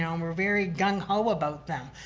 um we're very gung ho about them.